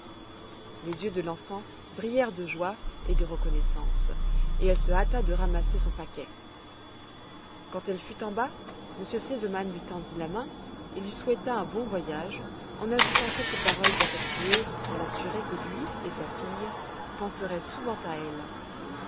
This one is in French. les yeux de l'enfant brillèrent de joie et de reconnaissance et elle se hâta de ramasser son paquet quand elle fut en bas m r sesemann lui tendit la main et lui souhaita un bon voyage en ajoutant quelques paroles affectueuses pour l'assurer que lui et sa fille penseraient souvent à elle